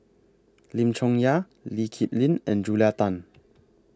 Lim Chong Yah Lee Kip Lin and Julia Tan